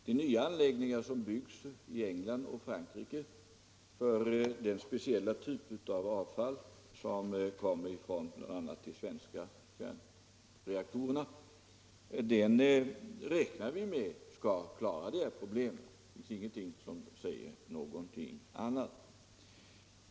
De nya anläggningar som byggs i England och Frankrike för den speciella typ av avfall som kommer från bl.a. de svenska reaktorerna räknar vi med skall klara dessa problem. Det finns ingenting som säger något annat.